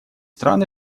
страны